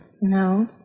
No